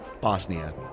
Bosnia